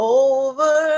over